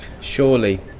surely